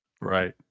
Right